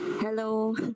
Hello